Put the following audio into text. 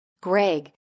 Greg